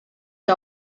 que